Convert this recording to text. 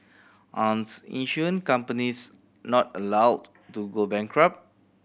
aren't insurance companies not allowed to go bankrupt